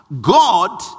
God